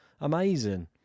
Amazing